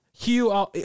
Hugh